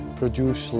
produce